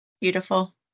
Beautiful